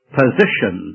position